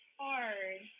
hard